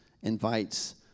invites